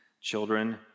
Children